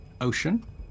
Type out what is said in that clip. ocean